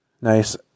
nice